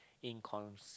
in